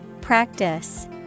Practice